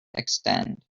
extend